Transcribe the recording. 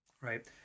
Right